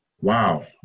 wow